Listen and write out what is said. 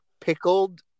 pickled –